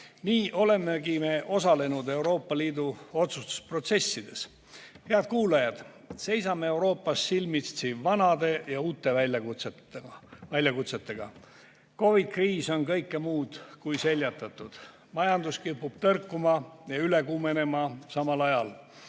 Nii olemegi me osalenud Euroopa Liidu otsustusprotsessides. Head kuulajad! Seisame Euroopas silmitsi vanade ja uute väljakutsetega. COVID-i kriis on kõike muud kui seljatatud. Majandus kipub tõrkuma ja üle kuumenema, samal ajal